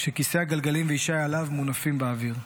כשכיסא הגלגלים וישי עליו מונפים באוויר.